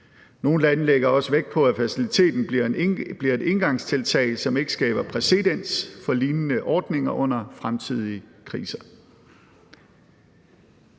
Nogle lande lægger også vægt på, at faciliteten bliver et engangstiltag, som ikke skaber præcedens for lignende ordninger under fremtidige kriser.